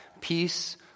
peace